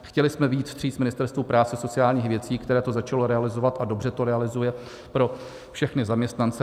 Chtěli jsme vyjít vstříc Ministerstvu práce a sociálních věcí, které to začalo realizovat a dobře to realizuje pro všechny zaměstnance.